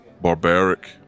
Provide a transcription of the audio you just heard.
barbaric